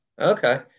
Okay